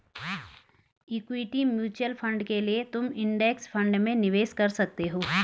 equity mutual fund के लिए तुम इंडेक्स फंड में निवेश कर सकते हो